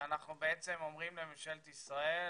ואנחנו בעצם אומרים לממשלת ישראל